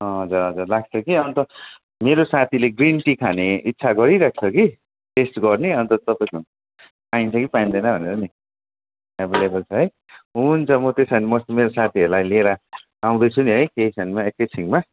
हजुर हजुर राखेको थिएँ कि अन्त मेरो साथीले ग्रिन टी खाने इच्छा गरिराखेको छ कि टेस्ट गर्ने अन्त तपाईँको पाइन्छ कि पाइँदैन भनेर नि एभाइलेभल छ है हुन्छ म त्यसो हो भने म मेरो साथीहरूलाई लिएर आउँदैछु नि है केही क्षणमा एकैछिनमा